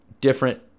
Different